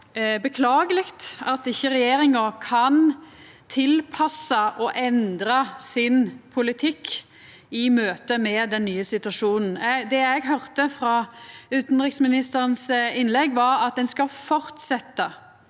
beklageleg at ikkje regjeringa kan tilpassa og endra sin politikk i møte med den nye situasjonen. Det eg høyrde av utanriksministeren sitt innlegg, var at ein skal fortsetja